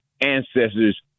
ancestors